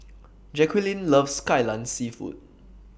Jaquelin loves Kai Lan Seafood